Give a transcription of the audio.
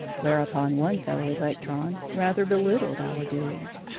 whereupon one fellow-electron rather belittled our doings.